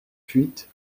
fuite